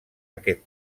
aquest